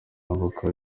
avoka